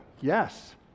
yes